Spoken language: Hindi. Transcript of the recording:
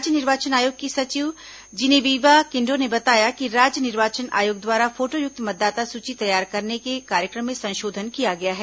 राज्य निर्वाचन आयोग की सचिव जिनेविवा किण्डो ने बताया कि राज्य निर्वाचन आयोग द्वारा फोटोयुक्त मतदाता सूची तैयार करने के कार्यक्रम में संशोधन किया गया है